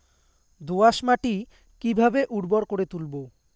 দোয়াস মাটি কিভাবে উর্বর করে তুলবো?